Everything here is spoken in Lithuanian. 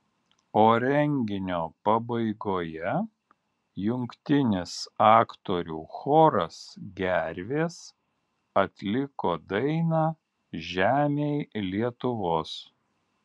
o renginio pabaigoje jungtinis aktorių choras gervės atliko dainą žemėj lietuvos